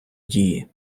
дії